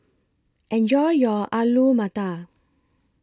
Enjoy your Alu Matar